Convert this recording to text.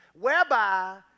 whereby